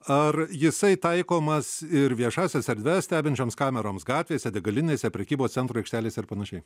ar jisai taikomas ir viešąsias erdves stebinčioms kameroms gatvėse degalinėse prekybos centrų aikštelėse ir panašiai